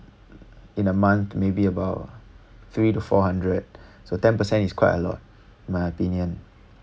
in a month maybe about three or four hundred so ten percent is quite a lot in my opinion